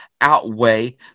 outweigh